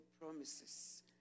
promises